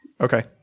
Okay